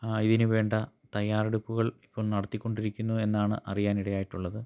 അതിന് വേണ്ട തയ്യാറെടുപ്പുകൾ ഇപ്പപ്പം നടത്തിക്കൊണ്ടിരിക്കുന്നു എന്നാണ് അറിയാനിടയായിട്ടുള്ളത്